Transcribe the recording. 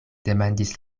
demandis